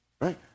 Right